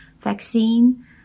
vaccine